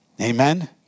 Amen